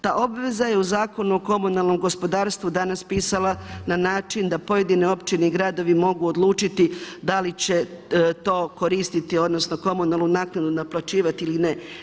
Ta obveza je u Zakonu o komunalnom gospodarstvu danas pisala na način da pojedine općine i gradovi mogu odlučiti da li će to koristiti odnosno komunalnu naknadu naplaćivati ili ne.